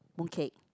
mooncake